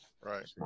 Right